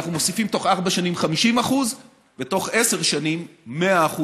אנחנו מוסיפים בתוך ארבע שנים 50% ובתוך עשר שנים 100%,